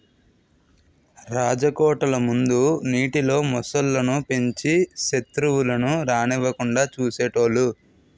రాజకోటల ముందు నీటిలో మొసళ్ళు ను పెంచి సెత్రువులను రానివ్వకుండా చూసేటోలు